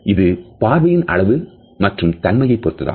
இது பார்வையில் அளவு மற்றும் தன்மையைப் பொருத்ததாகும்